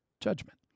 judgment